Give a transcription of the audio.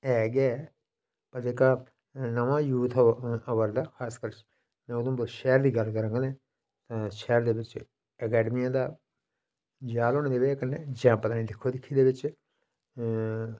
ऐ गै ऐ पर जेहका नमां यूथ ऐ आवा रदा खासकर उधमपुर शैहर दी गल्ल करंग ते शैहर दे बिच अकैडमियें दा जाल होने दी बजह कन्नै जां पता नी दिक्खो दिक्खी दी बजह कन्नै